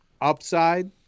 upside